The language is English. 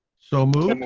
so moved.